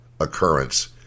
occurrence